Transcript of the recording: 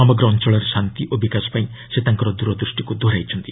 ସମଗ୍ର ଅଞ୍ଚଳରେ ଶାନ୍ତି ଓ ବିକାଶ ପାଇଁ ସେ ତାଙ୍କର ଦୂରଦୃଷ୍ଟିକୁ ଦୋହରାଇଛନ୍ତି